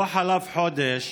לא חלף חודש